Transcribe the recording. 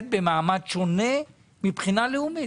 במעמד שונה מבחינה לאומית.